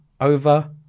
over